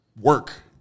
Work